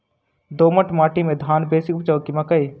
दोमट माटि मे धान बेसी उपजाउ की मकई?